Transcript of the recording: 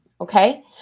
Okay